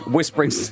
Whispering